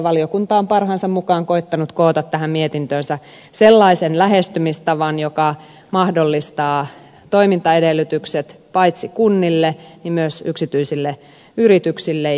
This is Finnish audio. valiokunta on parhaansa mukaan koettanut koota tähän mietintöönsä sellaisen lähestymistavan joka mahdollistaa toimintaedellytykset paitsi kunnille myös yksityisille yrityksille